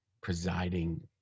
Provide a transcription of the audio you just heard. presiding